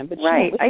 Right